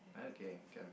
okay can